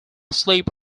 slip